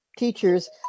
teachers